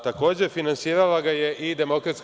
Takođe, finansirala ga je i DSS.